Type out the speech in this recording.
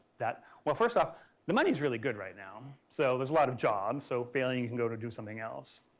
that, well first off the money's really good right now. so, there's a lot of jobs. so, failing you can go to do something else.